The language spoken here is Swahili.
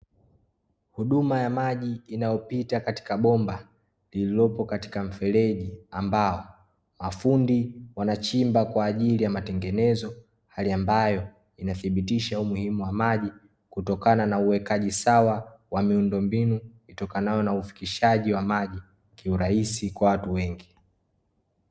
Huduma ya maji inayopita katika bomba lililopo katika mfereji ambao, mafundi wanachimba kwaajili ya matengenezo, hali ambayo inathibitisha umuhimu wa maji kutokana na uwekaji sawa wa miundombinu itokanayo na ufikishaji wa maji kwa kiurahisi kwa watu wengi.